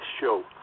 show